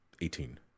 Eighteen